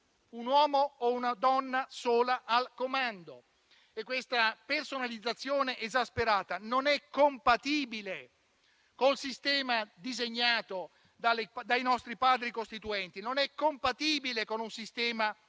un uomo o una donna soli al comando. Questa personalizzazione esasperata non è compatibile col sistema disegnato dai nostri Padri costituenti; non è compatibile con un sistema di tipo